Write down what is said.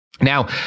Now